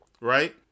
right